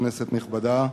כנסת נכבדה,